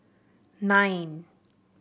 nine